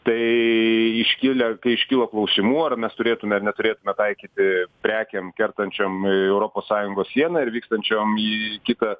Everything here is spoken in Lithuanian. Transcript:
tai iškilę kai iškilo klausimų ar mes turėtume ar neturėtume taikyti prekėm kertančiom europos sąjungos sieną ir vykstančiom į kitą